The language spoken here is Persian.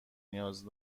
نیاز